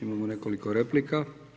Imamo nekoliko replika.